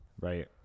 Right